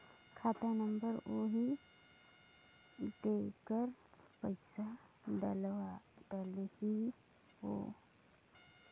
खाता नंबर आही तेकर पइसा डलहीओ?